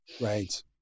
Right